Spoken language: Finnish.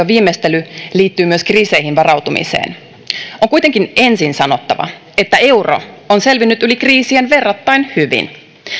viimeistely liittyy myös kriiseihin varautumiseen on kuitenkin ensin sanottava että euro on selvinnyt yli kriisien verrattain hyvin